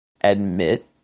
admit